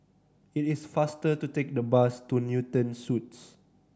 it is faster to take the bus to Newton Suites